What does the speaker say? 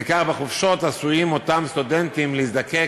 וכך, בחופשות הסטודנטים עשויים להזדקק